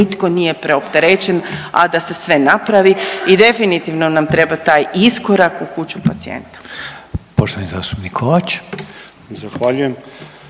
nitko nije preopterećen, a da se sve napravi i definitivno nam treba taj iskorak u kuću pacijenta. **Reiner, Željko